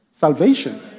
Salvation